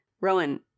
Rowan